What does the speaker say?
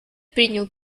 принял